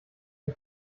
die